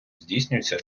здійснюється